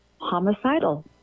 homicidal